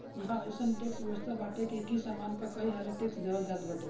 इहवा अइसन टेक्स के व्यवस्था बाटे की एकही सामान पअ कईहाली टेक्स देहल जात बाटे